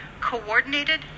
coordinated